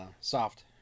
Soft